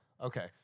okay